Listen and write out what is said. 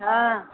हँ